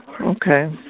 Okay